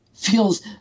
feels